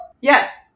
Yes